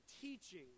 teaching